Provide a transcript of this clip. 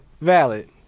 Valid